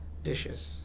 Dishes